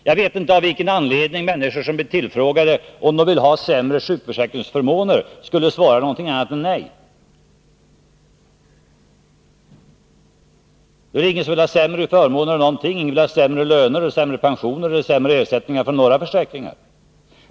Jag vet inte av vilken anledning människor som blir tillfrågade om de vill ha sämre sjukförsäkringsförmåner skulle svara någonting annat än nej. Ingen vill väl ha sämre förmåner av något slag — sämre löner, pensioner eller försäkringar.